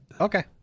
Okay